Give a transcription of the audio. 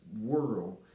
world